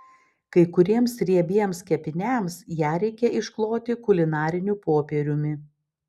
kai kuriems riebiems kepiniams ją reikia iškloti kulinariniu popieriumi